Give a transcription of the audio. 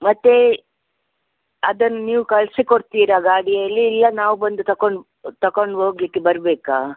ಮತ್ತು ಅದನ್ನು ನೀವು ಕಳಿಸಿಕೊಡ್ತೀರಾ ಗಾಡಿಯಲ್ಲಿ ಇಲ್ಲ ನಾವು ಬಂದು ತಕೊಂಡು ತಕೊಂಡು ಹೋಗ್ಲಿಕ್ ಬರಬೇಕಾ